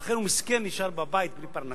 ולכן הוא מסכן, נשאר בבית, בלי פרנסה.